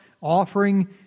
offering